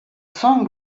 song